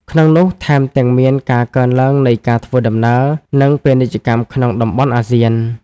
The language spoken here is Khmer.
ក្នុងនោះ ថែមទាំងមាន ការកើនឡើងនៃការធ្វើដំណើរ និងពាណិជ្ជកម្មក្នុងតំបន់អាស៊ាន។